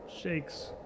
shakes